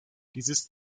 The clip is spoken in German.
dieses